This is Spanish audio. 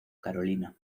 carolina